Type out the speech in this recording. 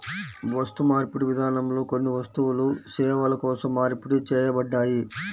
వస్తుమార్పిడి విధానంలో కొన్ని వస్తువులు సేవల కోసం మార్పిడి చేయబడ్డాయి